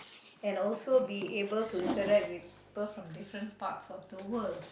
and also be able to interact with people with different parts of the world